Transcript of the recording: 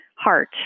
heart